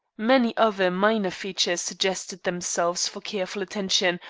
many other minor features suggested themselves for careful attention,